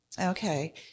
okay